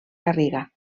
garriga